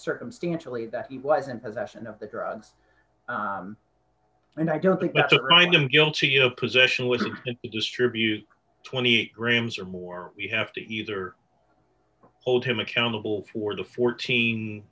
circumstantially that he wasn't possession of the drugs and i don't think that's right and i'm guilty you know position would distribute twenty grams or more we have to either hold him accountable for the fourteen